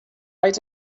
right